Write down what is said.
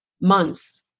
months